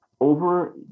over